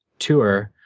tour,